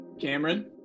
Cameron